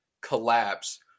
collapse